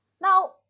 Now